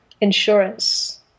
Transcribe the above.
insurance